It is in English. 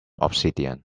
obsidian